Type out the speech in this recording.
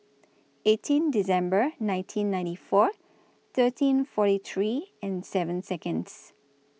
eighteen December nineteen ninety four thirteen forty three and seven Seconds